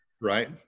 right